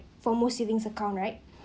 for more savings account right